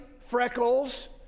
freckles